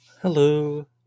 Hello